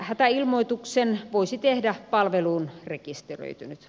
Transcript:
hätäilmoituksen voisi tehdä palveluun rekisteröitynyt